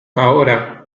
ahora